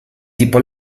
tipo